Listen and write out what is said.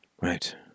Right